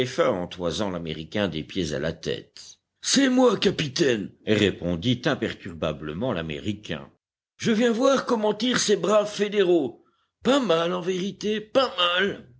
en toisant l'américain des pieds à la tête c'est moi capitaine répondit imperturbablement l'américain je viens voir comment tirent ces braves fédéraux pas mal en vérité pas